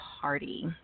party